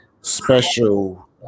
special